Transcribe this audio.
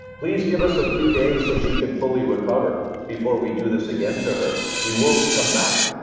please give us a few days so she can fully recover before we do this again to her. we will come back.